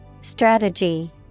Strategy